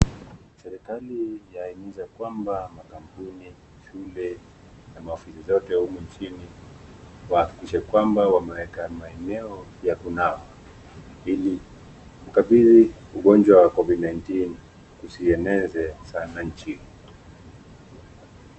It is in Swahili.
Serikali yahimiza kwamba makampuni, shule na maofisi zote humu nchini wahakikishe kwamba wameweka maeneo ya kunawa ili kukabili ugonjwa wa covid 19 isieneze sana nchini.